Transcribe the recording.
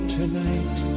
tonight